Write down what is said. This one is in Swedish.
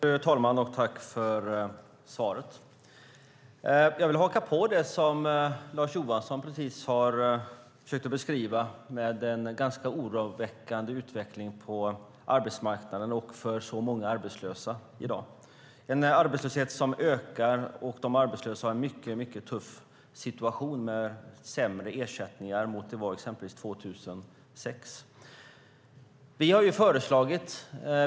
Fru talman! Tack, arbetsmarknadsministern, för svaret! Jag vill haka på det som Lars Johansson just har försökt att beskriva med den ganska oroväckande utvecklingen på arbetsmarknaden för så många arbetslösa i dag. Det är en arbetslöshet som ökar, och de arbetslösa har en mycket tuff situation med sämre ersättningar än det exempelvis var 2006.